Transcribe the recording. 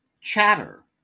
Chatter